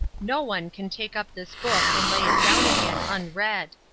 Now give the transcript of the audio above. no one can take up this book and lay down again unread.